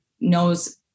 knows